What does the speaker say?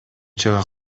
чыга